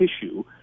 tissue